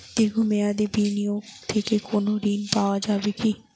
দীর্ঘ মেয়াদি বিনিয়োগ থেকে কোনো ঋন পাওয়া যাবে কী?